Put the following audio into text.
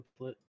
template